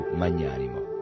magnanimo